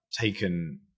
taken